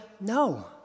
No